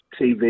TV